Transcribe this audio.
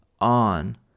on